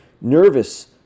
nervous